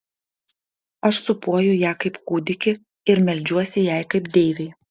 aš sūpuoju ją kaip kūdikį ir meldžiuosi jai kaip deivei